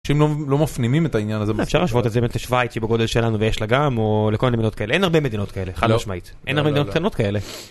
אנשים לא מפנימים את העניין הזה, אפשר להשוות את זה עם שוויץ שבגודל שלנו ויש לה גם או לכל מיני מדינות כאלה, אין הרבה מדינות כאלה, חד משמעית, אין הרבה מדינות קטנות כאלה.